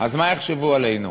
אז מה יחשבו עלינו,